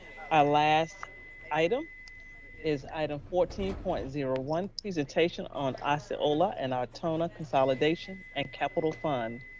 our last item is item fourteen point zero one presentation on osceola and ortona consolidation and capital fund.